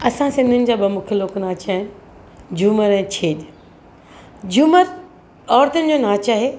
असां सिंधियुनि जा ॿ मुख्यु लोक नाचु आहिनि झूमर ऐं छेॼ झूमर औरतनि जो नाचु आहे